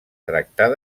tractar